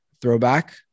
throwback